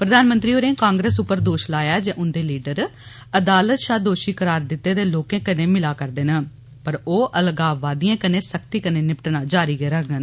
प्रधानमंत्री होरें कांग्रेस उप्पर दोष लाया जे उन्दे लीडर अदालत शां दोषी करार दिते दे लोकें कन्नै मिलारदी ऐ पर ओह अलगाववादियें कन्नै सख्ती कन्नै निपटना जारी गै रक्खगंन